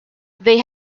they